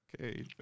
Okay